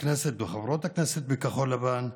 הכנסת וחברות הכנסת בכחול לבן.